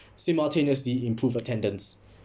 simultaneously improve attendance